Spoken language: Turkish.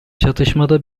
çatışmada